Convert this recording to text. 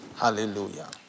Hallelujah